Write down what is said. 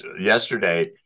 yesterday